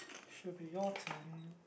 should be your turn